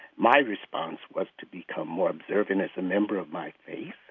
my response was to become more observant as a member of my faith.